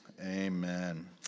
Amen